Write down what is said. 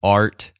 art